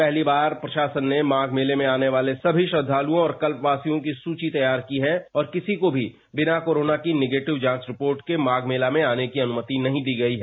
पहली बार प्रशासन ने माघ मेले में आने वाले सभी श्रद्दालुओं और कल्पवासियों की सूची तैयार की है और किसी को भी बिना कोरोना की निगेटिव जांच रिपोर्ट के माघ मेला में आने की अनुमति नहीं दी गई है